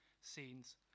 scenes